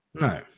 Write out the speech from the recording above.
No